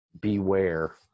beware